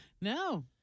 No